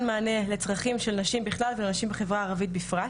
מענה לצרכים של נשים בכלל ונשים בחברה הערבית בפרט,